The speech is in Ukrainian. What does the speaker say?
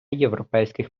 європейських